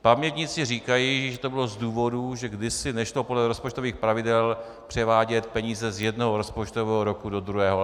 Pamětníci říkají, že to bylo z důvodů, že kdysi nešlo podle rozpočtových pravidel převádět peníze z jednoho rozpočtového roku do druhého.